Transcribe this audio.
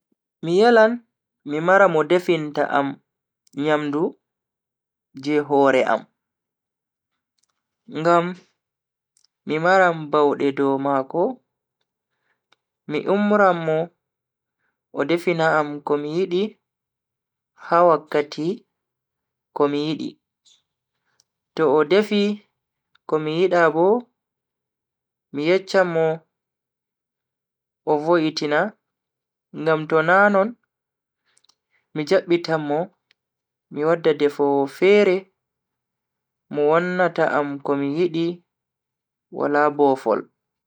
Mi yelan mi mara mo definta am nyamdu je hore am, ngam mi maran baude dow mako. mi umran mo o defina am komi yidi ha wakkati komi yidi. To o defi ko mi yida bo mi yecchan mo o vo'itina ngam tona non mi jabbitan mo mi wadda defowo fere mo wannata am komi yidi wala boofol.